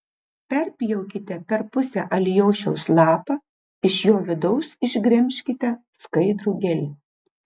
perpjaukite per pusę alijošiaus lapą iš jo vidaus išgremžkite skaidrų gelį